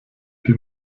die